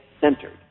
centered